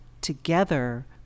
together